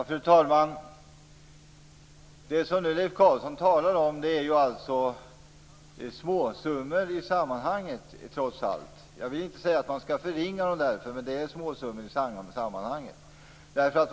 Fru talman! Det som Leif Carlson nu talar om är trots allt småsummor i sammanhanget. Jag vill inte säga att man därför skall förringa dem, men det är småsummor i sammanhanget.